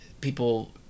people